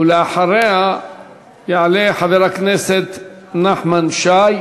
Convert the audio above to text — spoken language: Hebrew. ואחריה יעלה חבר הכנסת נחמן שי,